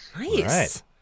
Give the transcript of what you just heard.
Nice